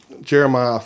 Jeremiah